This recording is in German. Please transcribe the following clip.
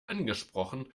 angesprochen